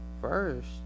first